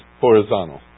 horizontal